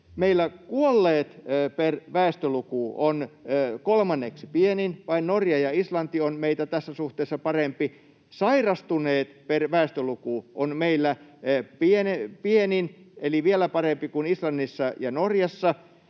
kuolleet per väestöluku on kolmanneksi pienin, vain Norja ja Islanti ovat meitä tässä suhteessa parempia. Sairastuneet per väestöluku on meillä pienin eli vielä parempi kuin Islannissa ja Norjassa.